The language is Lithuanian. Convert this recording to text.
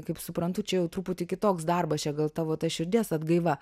kaip suprantu čia jau truputį kitoks darbas čia gal tavo ta širdies atgaiva